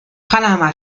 panama